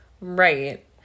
Right